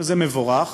וזה מבורך,